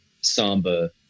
samba